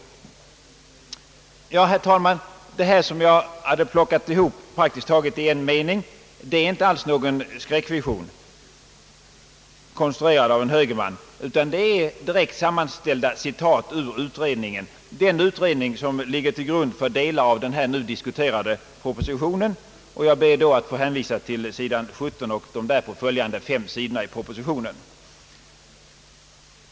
Ja, herr talman, det här som jag plockat ihop i praktiskt taget en mening är inte alls någon skräckvision konstruerad av en högerman utan det är sammanställda citat ur den utredning, som ligger till grund för delar av den nu diskuterade propositionen. Jag ber då att få hänvisa till sid. 17 och de därpå följande fem sidorna i propositionen.